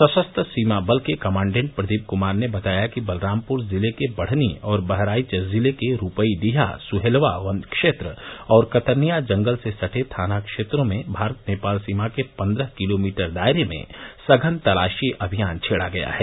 सशस्त्र सीमा बल के कमाण्डेट प्रदीप कुमार ने बताया कि बलरामपुर जिले के बढ़नी और बहराइच जिले के रूपईडीहा सुहेलवा वन क्षेत्र और कतर्निया जंगल से सटे थाना क्षेत्रों में भारत नेपाल सीमा के पन्द्रह किलोमीटर दायरे में सघन तलाशी अभियान छेड़ा गया है